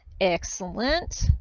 Excellent